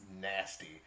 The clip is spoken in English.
nasty